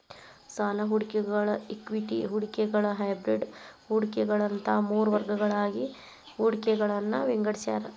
ಸಾಲ ಹೂಡಿಕೆಗಳ ಇಕ್ವಿಟಿ ಹೂಡಿಕೆಗಳ ಹೈಬ್ರಿಡ್ ಹೂಡಿಕೆಗಳ ಅಂತ ಮೂರ್ ವರ್ಗಗಳಾಗಿ ಹೂಡಿಕೆಗಳನ್ನ ವಿಂಗಡಿಸ್ಯಾರ